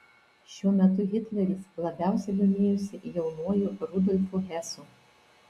šiuo metu hitleris labiausiai domėjosi jaunuoju rudolfu hesu